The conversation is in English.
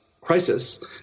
crisis